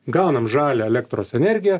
gaunam žalią elektros energiją